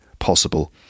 Possible